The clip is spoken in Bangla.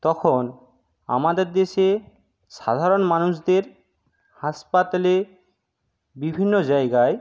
তখন আমাদের দেশে সাধারণ মানুষদের হাসপাতালে বিভিন্ন জায়গায়